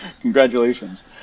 congratulations